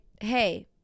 hey